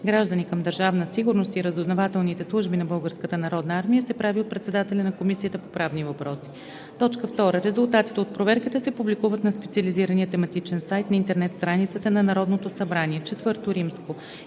граждани към Държавна сигурност и разузнавателните служби на Българската народна армия се прави от председателя на Комисията по правни въпроси. 2. Резултатите от проверката се публикуват на специализирания тематичен сайт на интернет страницата на Народното събрание. IV.